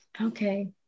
Okay